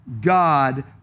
God